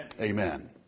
Amen